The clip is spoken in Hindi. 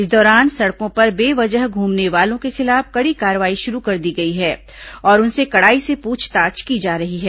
इस दौरान सड़कों पर बे वजह घूमने वालों के खिलाफ कड़ी कार्रवाई शुरू कर दी गई है तथा उनसे कड़ाई से पूछताछ की जा रही है